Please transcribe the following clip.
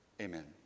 Amen